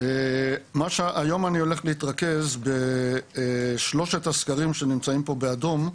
היום אני הולך להתרכז בשלושת הסקרים שנמצאים פה באדום,